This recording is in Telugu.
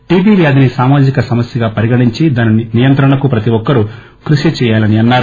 టిబి వ్యాధిని సామాజిక సమస్యగా పరిగణించి దాని నియంత్రణకు ప్రతి ఒక్కరూ కృషి చెయ్యాలని అన్నారు